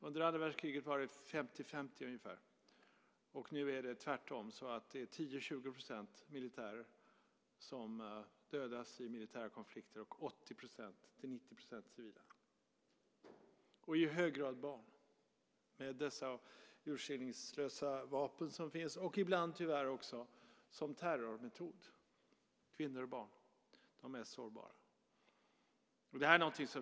Under andra världskriget var förhållandet ungefär 50-50. Nu är det tvärtom. Av dem som dödas är 10-20 % militärer och 80-90 % civila. Det är i hög grad barn som dödas med de urskillningslösa vapen som finns, och ibland används det tyvärr också som terrormetod. Kvinnor och barn är de mest sårbara.